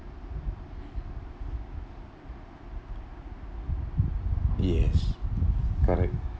yes correct